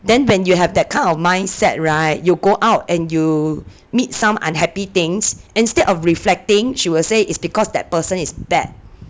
then when you have that kind of mindset [right] you go out and you meet some unhappy things instead of reflecting she will say it's because that person is bad